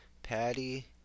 Patty